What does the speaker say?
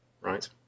Right